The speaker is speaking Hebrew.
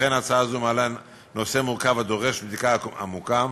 וכן הצעה זו מעלה נושא מורכב הדורש בדיקה עמוקה,